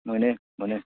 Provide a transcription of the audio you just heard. मोनो मोनो